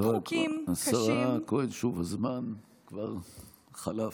השרה כהן, הזמן כבר חלף.